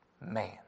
man